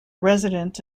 resident